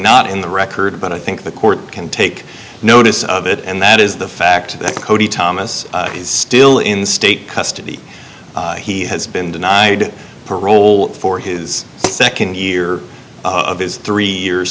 not in the record but i think the court can take notice of it and that is the fact that cody thomas is still in state custody he has been denied parole for his nd year of his three year